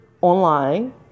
online